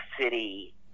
city